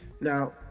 now